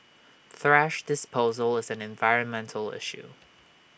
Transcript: thrash disposal is an environmental issue